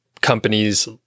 companies